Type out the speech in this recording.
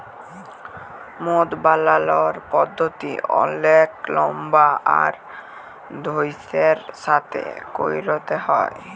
মদ বালালর পদ্ধতি অলেক লম্বা আর ধইর্যের সাথে ক্যইরতে হ্যয়